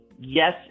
yes